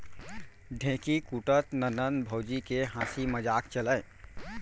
ढेंकी कूटत ननंद भउजी के हांसी मजाक चलय